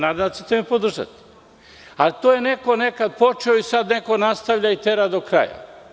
Nadam se da ćete me podržati, a to je neko nekad počeo i sada neko nastavlja i tera do kraja.